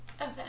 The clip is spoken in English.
Okay